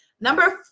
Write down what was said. Number